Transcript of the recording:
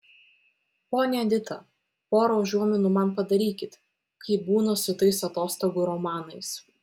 ponia edita pora užuominų man padarykit kaip būna su tais atostogų romanais